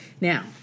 Now